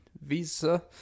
visa